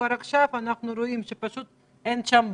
כבר עכשיו אנחנו רואים שפשוט אין שם בדיקות.